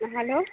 hello